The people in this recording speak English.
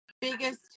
biggest